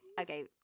okay